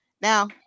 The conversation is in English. Now